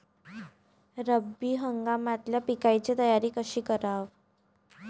रब्बी हंगामातल्या पिकाइची तयारी कशी कराव?